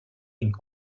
une